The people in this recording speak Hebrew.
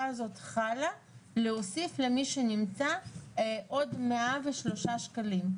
הזאת חלה עליו להוסיף למי שנמצא עוד 103 שקלים.